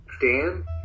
Dan